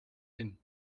hin